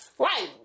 Right